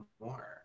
more